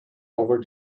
over